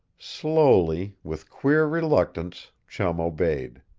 slowly, with queer reluctance, chum obeyed.